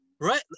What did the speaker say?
Right